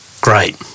great